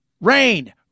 rain